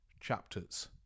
chapters